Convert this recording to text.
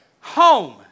Home